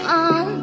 on